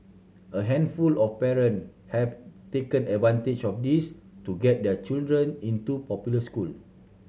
a handful of parent have taken advantage of this to get their children into popular school